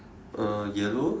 uh yellow